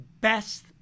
best